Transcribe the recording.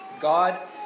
God